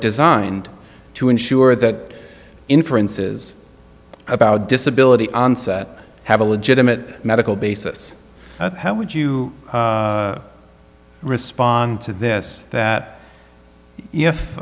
designed to ensure that inferences about disability have a legitimate medical basis how would you respond to this that if